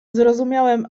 zrozumiałem